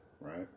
right